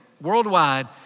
worldwide